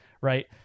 right